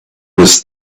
was